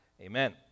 Amen